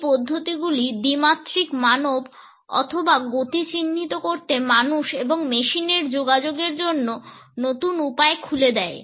এই পদ্ধতি গুলি দ্বিমাত্রিক মানব অথবা গতি চিহ্নিত করতে মানুষ এবং মেশিনের যোগাযোগের জন্য নতুন উপায় খুলে দেয়